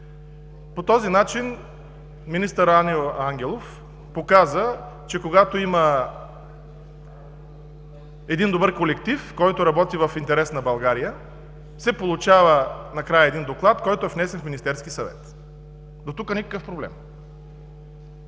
По този начин министър Аню Ангелов показа, че когато има добър колектив, който работи в интерес на България, накрая се получава доклад, който е внесен в Министерския съвет. До тук – никакъв проблем!